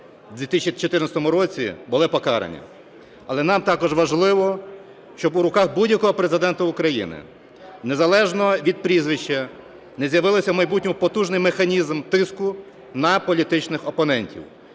в 2014 році, були покарані. Але нам також важливо, щоб у руках будь-якого Президента України, незалежно від прізвища, не з'явився в майбутньому потужній механізм тиску на політичних опонентів.